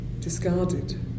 discarded